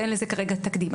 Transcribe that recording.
ואין לזה כרגע תקדים.